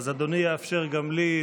אז אדוני יאפשר גם לי.